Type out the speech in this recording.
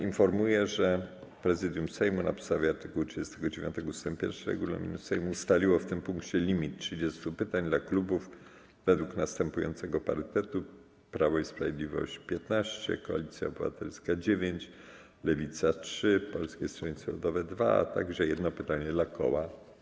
Informuję, że Prezydium Sejmu na podstawie art. 39 ust. 1 regulaminu Sejmu ustaliło w tym punkcie limit 30 pytań dla klubów według następującego parytetu: Prawo i Sprawiedliwość - 15, Koalicja Obywatelska - dziewięć, Lewica - trzy, Polskie Stronnictwo Ludowe - dwa, a także jedno pytanie dla koła.